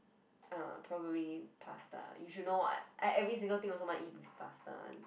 uh probably pasta you should know [what] I every single thing also must eat with pasta [one]